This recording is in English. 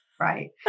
Right